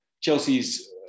Chelsea's